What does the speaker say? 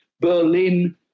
Berlin